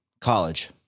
college